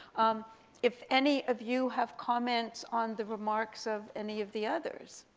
um if any of you have comments on the remarks of any of the others?